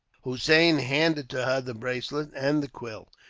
hossein handed to her the bracelet, and the quill.